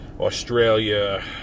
Australia